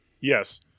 Yes